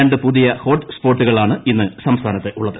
രണ്ടു പുതിയ ഹോട്ട് സ്പോട്ടുകളാണ് ഇന്ന് സംസ്ഥാനത്ത് ഉള്ളത്